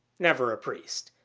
never a priest.